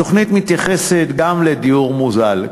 התוכנית מתייחסת גם לדיור מוזל.